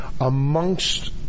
amongst